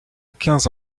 quinze